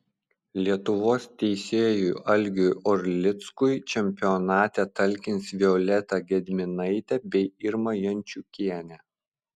lietuvos teisėjui algiui orlickui čempionate talkins violeta gedminaitė bei irma jančiukienė